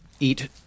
eat